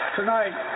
tonight